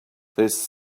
this